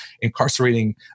incarcerating